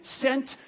sent